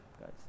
guys